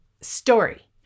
story